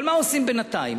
אבל מה עושים בינתיים?